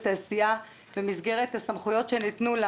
תעשייה במסגרת הסמכויות שניתנו לה